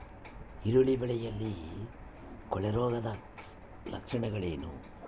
ಈರುಳ್ಳಿ ಬೆಳೆಯಲ್ಲಿ ಕೊಳೆರೋಗದ ಲಕ್ಷಣಗಳೇನು?